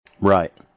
Right